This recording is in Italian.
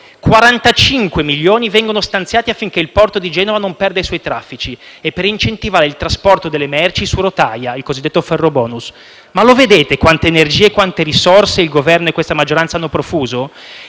45 milioni vengono stanziati affinché il porto di Genova non perda i suoi traffici e per incentivare il trasporto delle merci su rotaia (il cosiddetto ferrobonus). Ma lo vedete quante energie e quante risorse il Governo e questa maggioranza hanno profuso?